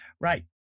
right